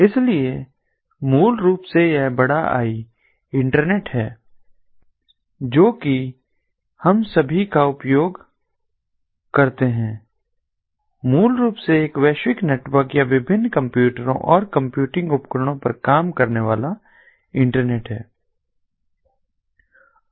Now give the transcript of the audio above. इसलिए मूल रूप से यह बड़ा आई इंटरनेट है जो कि हम सभी का उपयोग करते हैं मूल रूप से एक वैश्विक नेटवर्क या विभिन्न कंप्यूटरों और कंप्यूटिंग उपकरणों पर काम करने वाला इंटरनेट है